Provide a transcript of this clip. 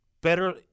better